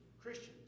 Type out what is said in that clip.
Christians